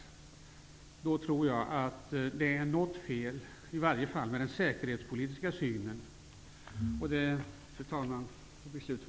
Jag tror därför att det är något fel med den säkerhetspolitiska synen hos Sture Ericson.